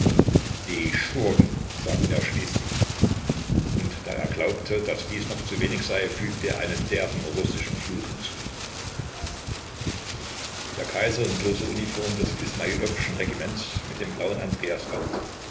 die schurken sagte er schließlich und da er glaubte daß dies noch zu wenig sei fügte er einen derben russischen fluch hinzu der kaiser in bloßer uniform des ismailowschen regiments mit dem blauen andreasband